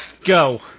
go